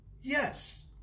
yes